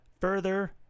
further